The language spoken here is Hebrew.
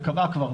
וקבעה כבר,